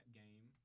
game